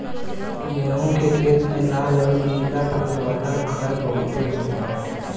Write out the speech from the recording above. गेंहू के खेत में लाल अउरी नीला फूल वाला खर बहुते होत बाटे